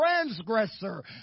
transgressor